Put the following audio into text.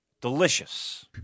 delicious